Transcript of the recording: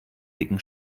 dicken